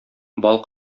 бал